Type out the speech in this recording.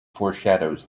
foreshadows